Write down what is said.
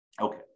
okay